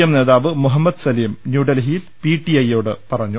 M നേതാവ് മുഹമ്മദ് സലീം ന്യൂഡൽഹിയിൽ പിടിഐയോട് പറഞ്ഞു